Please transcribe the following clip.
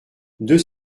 deux